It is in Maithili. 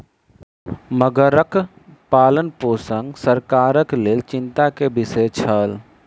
मगरक पालनपोषण सरकारक लेल चिंता के विषय छल